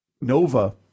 Nova